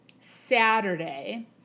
Saturday